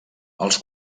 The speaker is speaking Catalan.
els